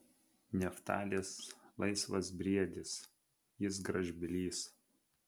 neftalis laisvas briedis jis gražbylys